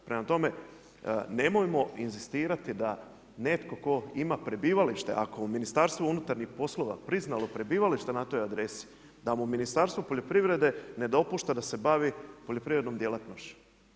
Prema tome, nemojmo inzistirati da netko tko ima prebivalište, ako u Ministarstvu unutarnjih poslova priznalo prebivalište na toj adresi da mu Ministarstvo poljoprivrede ne dopušta da se bavi poljoprivrednom djelatnošću.